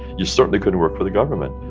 you certainly couldn't work for the government.